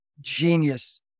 genius